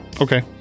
Okay